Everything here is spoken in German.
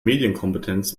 medienkompetenz